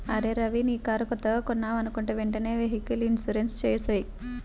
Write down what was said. అరేయ్ రవీ నీ కారు కొత్తగా కొన్నావనుకుంటా వెంటనే వెహికల్ ఇన్సూరెన్సు చేసేయ్